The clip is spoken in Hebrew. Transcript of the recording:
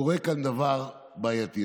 קורה כאן דבר בעייתי.